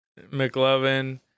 mclovin